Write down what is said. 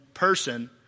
person